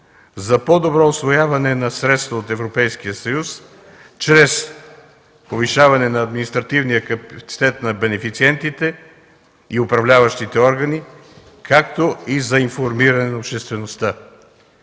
за по-добро усвояване на средствата от Европейския съюз чрез повишаване на административния капацитет на бенефициентите и управляващите органи, както и за информиране на обществеността.